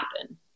happen